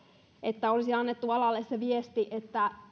että olisi annettu alalle se viesti että